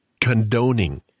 condoning